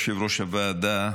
יושב-ראש הוועדה,